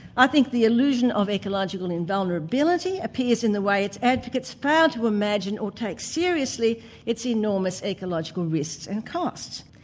i think the illusion of ecological invulnerability appears in the way its advocates fail to imagine or take seriously its enormous ecological risks and costs.